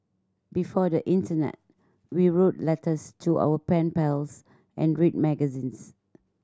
before the internet we wrote letters to our pen pals and read magazines